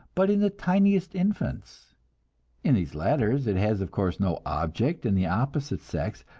but in the tiniest infants in these latter it has of course no object in the opposite sex,